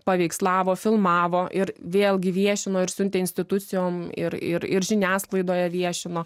paveikslavo filmavo ir vėlgi viešino ir siuntė institucijom ir ir ir žiniasklaidoje viešino